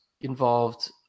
involved